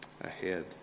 ahead